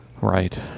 Right